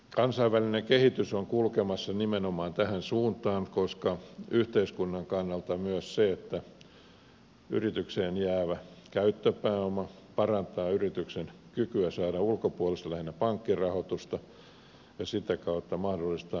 kansainvälinen kehitys on kulkemassa nimenomaan tähän suuntaan koska yhteiskunnan kannalta myönteistä on myös se että yritykseen jäävä käyttöpääoma parantaa yrityksen kykyä saada ulkopuolista lähinnä pankkirahoitusta mikä mahdollistaa nopeamman kasvun